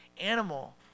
animal